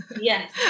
Yes